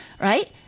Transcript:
right